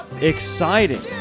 exciting